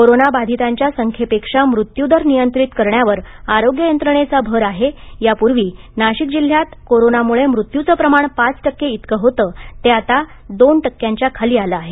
corona बाधितांच्या संख्येपेक्षा मृत्यू दर नियंत्रित करण्यावर आरोग्य यंत्रणेचा भर आहे यापूर्वी नाशिक जिल्ह्यात कोरोना मुळे मृत्यूचं प्रमाण पाच टक्के इतके होते ते आता दोन टक्क्यांच्या खाली आलं आहे